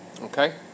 Okay